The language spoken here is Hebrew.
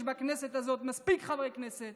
יש בכנסת הזו מספיק חברי כנסת